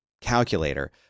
calculator